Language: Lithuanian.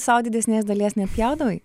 sau didesnės dalies nepjaudavai